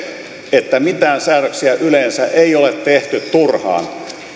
että mitään säädöksiä yleensä ei ole tehty turhaan